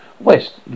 West